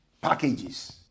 packages